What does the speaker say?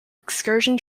excursion